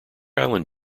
island